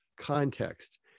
context